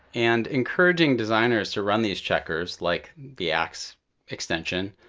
and encouraging designers to run these checkers, like the axe extension,